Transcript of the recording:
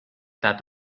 that